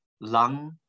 lung